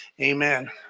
Amen